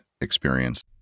experience